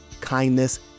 kindness